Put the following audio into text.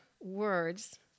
words